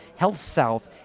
HealthSouth